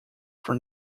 from